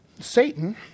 Satan